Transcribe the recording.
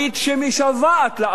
שמשוועת לעבוד,